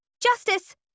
Justice